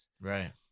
right